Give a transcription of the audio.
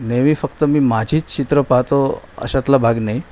नेहमी फक्त मी माझीच चित्र पाहतो अशातला भाग नाही